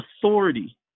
authority